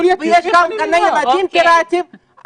יש גם גני ילדים פיראטיים.